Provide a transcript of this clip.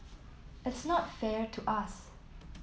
it's not fair to us